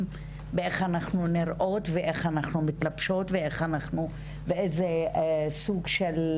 למראה שלנו ואיך שאנחנו מתלבשות ובאיזה סוג של